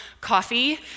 coffee